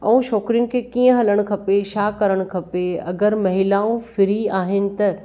ऐं छोकिरियुनि खे कीअं हलणु खपे छा करणु खपे अगरि महिलाऊं फ्री आहिनि त